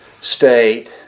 state